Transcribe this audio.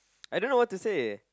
I don't know what to say